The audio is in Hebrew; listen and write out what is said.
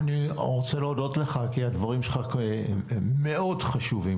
אני רוצה להודות לך כי הדברים שלך מאוד חשובים,